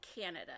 Canada